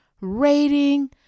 rating